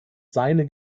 seine